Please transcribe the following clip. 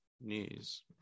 news